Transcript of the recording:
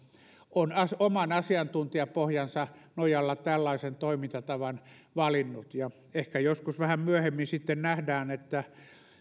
on oman asiantuntijapohjansa nojalla tällaisen toimintatavan valinnut ehkä joskus vähän myöhemmin sitten nähdään